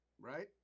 right